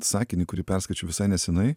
sakinį kurį perskaičiau visai nesenai